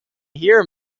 here